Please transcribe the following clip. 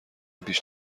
پیش